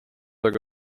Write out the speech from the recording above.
aga